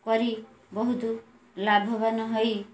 କରି ବହୁତ ଲାଭବାନ ହୋଇ